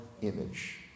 image